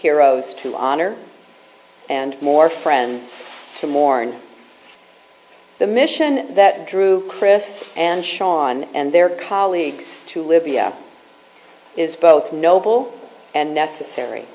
heroes to honor and more friends to mourn the mission that drew chris and sean and their colleagues to libya is both noble and necessary